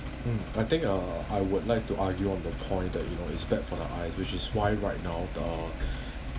mm I think uh I would like to argue on the point that you know it's bad for the eye which is why right now uh